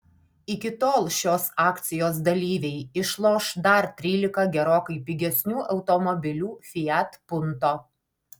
iki tol šios akcijos dalyviai išloš dar trylika gerokai pigesnių automobilių fiat punto